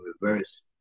reverse